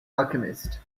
alchemist